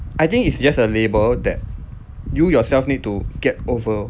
I think it's just a label that you yourself need to get over